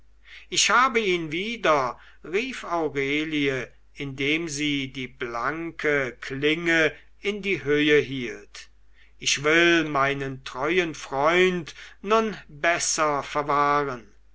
ich habe ihn wieder rief aurelie indem sie die blanke klinge in die höhe hielt ich will meinen treuen freund nun besser verwahren